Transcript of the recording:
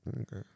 Okay